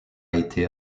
été